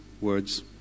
words